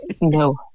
no